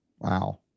Wow